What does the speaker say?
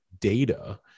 data